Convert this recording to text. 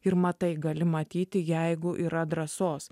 ir matai gali matyti jeigu yra drąsos